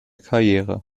karriere